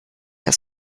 aus